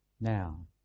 Now